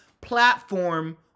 platform